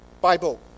Bible